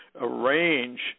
arrange